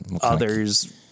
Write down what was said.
others